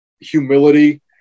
humility